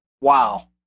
Wow